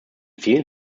vielen